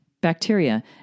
bacteria